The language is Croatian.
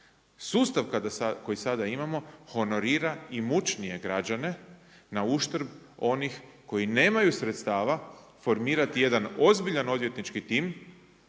Sustav koji sada imamo honorira imućnije građane na uštrb onih koji nemaju sredstava formirati jedan ozbiljan odvjetnički tim